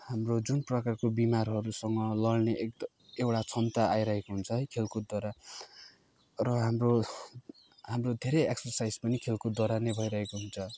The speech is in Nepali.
हाम्रो जुन प्रकारको बिमारहरूसँग लड्ने एक त एउटा क्षमता आइरहेको हुन्छ है खेलकुदद्वारा र हाम्रो हाम्रो धेरै एक्सर्साइज पनि खेलकुदद्वारा नै भइरहेको हुन्छ